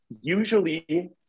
usually